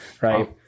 right